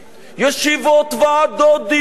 ישיבות, ועדות, דיונים.